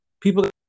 people